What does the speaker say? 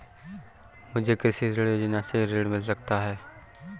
क्या मुझे कृषि ऋण योजना से ऋण मिल सकता है?